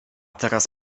teraz